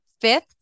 fifth